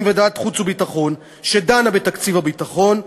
וועדת חוץ וביטחון שדנה בתקציב הביטחון,